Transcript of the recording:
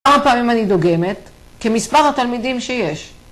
‫כמה פעמים אני דוגמת? ‫כמספר התלמידים שיש.